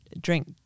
drink